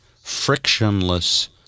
frictionless